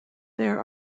there